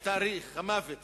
ותאריך המוות,